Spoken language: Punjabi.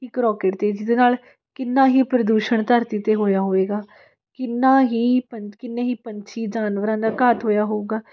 ਇੱਕ ਰੋਕੇਟ 'ਤੇ ਜਿਹਦੇ ਨਾਲ ਕਿੰਨਾਂ ਹੀ ਪ੍ਰਦੂਸ਼ਣ ਧਰਤੀ 'ਤੇ ਹੋਇਆ ਹੋਵੇਗਾ ਕਿੰਨਾ ਹੀ ਪੰ ਕਿੰਨੇ ਹੀ ਪੰਛੀ ਜਾਨਵਰਾਂ ਦਾ ਘਾਤ ਹੋਇਆ ਹੋਵੇਗਾ